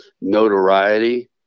notoriety